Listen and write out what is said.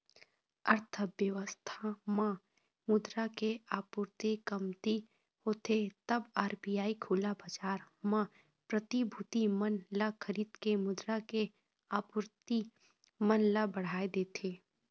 अर्थबेवस्था म मुद्रा के आपूरति कमती होथे तब आर.बी.आई खुला बजार म प्रतिभूति मन ल खरीद के मुद्रा के आपूरति मन ल बढ़ाय देथे